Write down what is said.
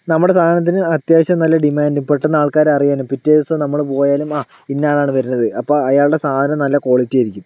നമ്മളുടെ സാധനത്തിന് അത്യാവശ്യം നല്ല ഡിമാൻഡും പെട്ടെന്ന് ആൾക്കാർ അറിയാനും പിറ്റേദിവസം നമ്മൾ പോയാലും ആ ഇന്ന ആളാണ് വരുന്നത് അപ്പോൾ അയാളുടെ സാധനം നല്ല ക്വാളിറ്റി ആയിരിക്കും